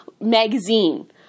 magazine